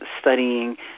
studying